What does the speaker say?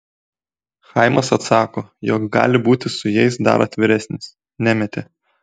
chaimas atsako jog gali būti su jais dar atviresnis nemetė